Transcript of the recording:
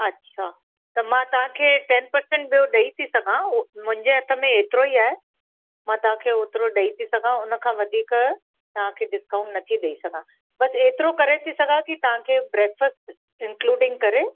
अच्छा त मां तव्हांखे टेन परसेंट ॿियो ॾई थी सघांव उहो मुंहिंजे हथ में ऐतिरो ई आहे मां मां तव्हांखे ओतिरो ॾई थी सघा उनखां वधीक तव्हांखे डिस्काउंट न थी ॾई सघा बसि ऐतिरो करे थी सघा की तव्हांखे ब्रेक फ़ास्ट इनक्लूडिंग करे